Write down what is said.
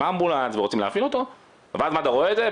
אמבולנס ורוצים להפעיל אותו ואז מד"א רואה את זה,